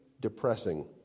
depressing